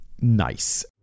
Nice